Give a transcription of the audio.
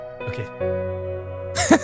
Okay